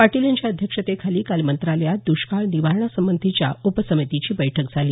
पाटील यांच्या अध्यक्षतेखाली काल मंत्रालयात दष्काळ निवारणासंबंधीच्या उपसमितीची बैठक झाली